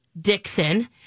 Dixon